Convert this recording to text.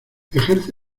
ejerce